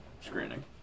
screening